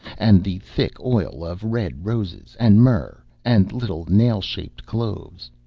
and the thick oil of red roses, and myrrh and little nail-shaped cloves.